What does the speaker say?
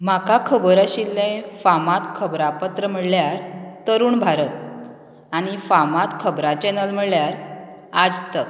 म्हाका खबर आशिल्लें फामाद खबरां पत्र म्हळ्यार तरूण भारत आनी फामाद खबरां चॅनल म्हळ्यार आज तक